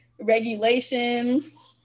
regulations